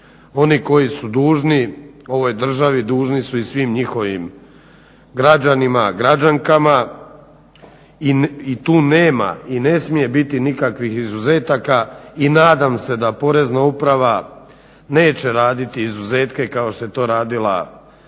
Oni koji su dužni ovoj državi dužni su i svim njihovim građanima, građankama i tu nema i ne smije biti nikakvih izuzetaka i nadam se da Porezna uprava neće raditi izuzetke kao što je to radila bivša